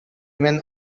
women